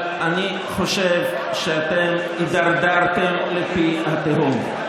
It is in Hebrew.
אני חושב שאתם הידרדרתם לפי התהום.